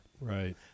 Right